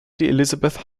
elizabeth